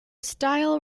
style